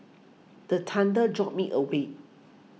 the thunder jolt me awake